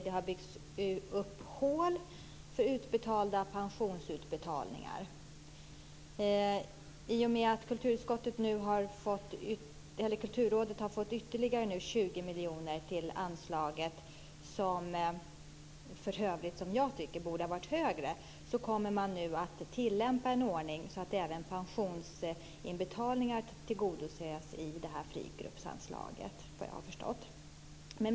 Det har byggts upp hål för utbetalda pensionsutbetalningar. I och med att Kulturrådet nu har fått ytterligare 20 miljoner till anslaget, som jag tycker borde har varit högre, kommer man att tillämpa en ordning som gör att även pensionsinbetalningar tillgodoses i anslaget för fria grupper.